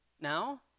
now